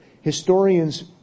Historians